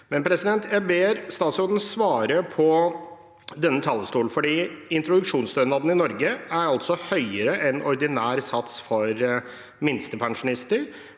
jeg ber statsråden svare på fra denne talerstol, er: Introduksjonsstønaden i Norge er altså høyere enn ordinær sats for minstepensjonister,